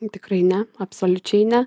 tikrai ne absoliučiai ne